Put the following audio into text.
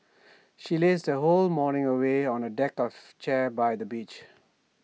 she lazed her whole morning away on A deck chair by the beach